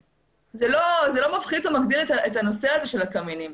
זה לא מפחית או מגדיל את הנושא של הקמינים.